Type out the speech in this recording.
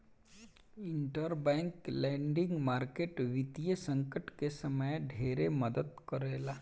interbank lending market वित्तीय संकट के समय में ढेरे मदद करेला